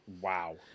wow